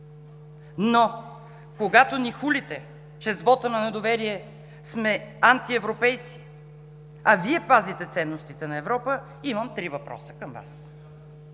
Но, когато ни хулите, че с вота на недоверие сме антиевропейци, а Вие пазите ценностите на Европа, имам три въпроса към Вас: